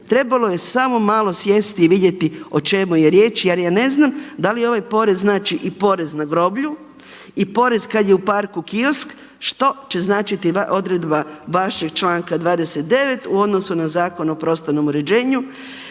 trebalo je samo malo sjesti i vidjeti o čemu je riječ jer ja ne znam da li ovaj porez znači i porez na groblju i porez kad je u parku kiosk što će značiti odredba vašeg članka 29. u odnosu na Zakon o prostornom uređenju.